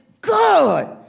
good